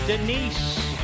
Denise